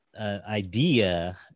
idea